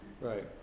Right